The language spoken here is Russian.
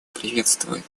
приветствует